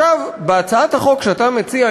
בהצעת החוק שאתה מציע,